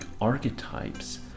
archetypes